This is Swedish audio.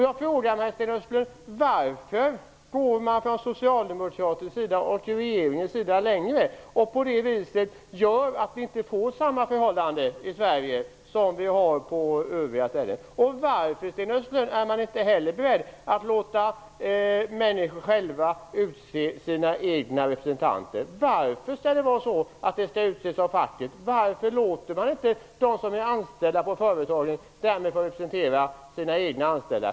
Jag frågar mig, Sten Östlund, varför man från socialdemokratisk sida och från regeringens sida går längre och ser till att vi inte får samma förhållanden i Sverige som på övriga ställen. Varför, Sten Östlund, är man inte heller beredd att låta människor själva utse sina egna representanter? Varför skall de utses av facket? Varför låter man inte dem som är anställda på företagen få representera företagets anställda?